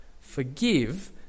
forgive